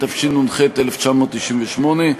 התשנ"ח 1998,